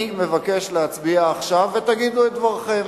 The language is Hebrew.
אני מבקש להצביע עכשיו, ותגידו את דברכם.